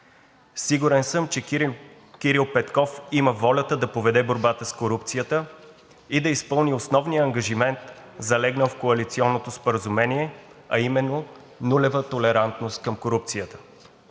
Сигурен съм, че Кирил Петков има волята да поведе борбата с корупцията и да изпълни основния ангажимент, залегнал в коалиционното споразумение, а именно нулева толерантност към корупцията.